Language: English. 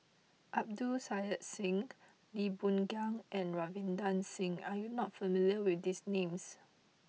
Abdul Kadir Syed Lee Boon Ngan and Ravinder Singh are you not familiar with these names